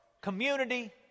community